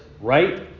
right